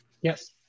Yes